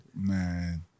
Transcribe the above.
Man